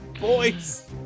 boys